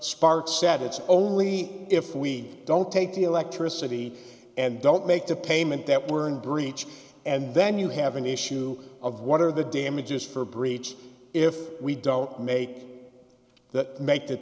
sparks sat it's only if we don't take the electricity and don't make the payment that we're in breach and then you have an issue of what are the damages for breach if we don't make that make the